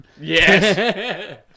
Yes